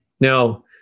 Now